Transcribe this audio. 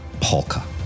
Polka